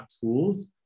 tools